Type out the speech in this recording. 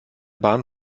bahn